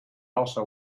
also